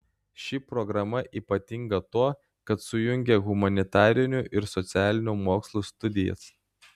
ši programa ypatinga tuo kad sujungia humanitarinių ir socialinių mokslų studijas